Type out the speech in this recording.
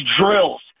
drills